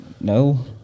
No